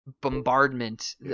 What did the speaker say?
bombardment